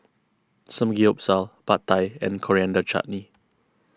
Samgeyopsal Pad Thai and Coriander Chutney